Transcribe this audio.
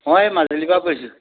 মই মাজুলীৰ পৰা কৈছোঁ